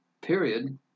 period